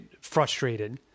frustrated